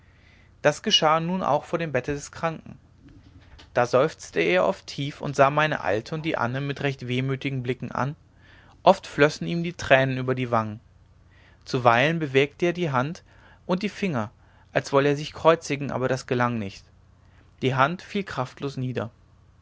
das geschah nun auch vor dem bette des kranken da seufzte er oft tief und sah meine alte und die anne mit recht wehmütigen blicken an oft flössen ihm die tränen über die wangen zuweilen bewegte er die hand und die finger als wolle er sich kreuzigen aber das gelang nicht die hand fiel kraftlos nieder